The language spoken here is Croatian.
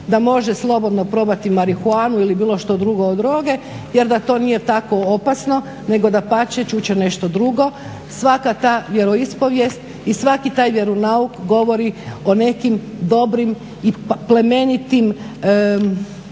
da može slobodno probati marihuanu ili bilo što drugo od droge, jer da to nije tako opasno nego dapače čut će nešto drugo. Svaka ta vjeroispovijest i svaki taj vjeronauk govori o nekim dobrim i plemenitim,